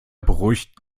beruhigt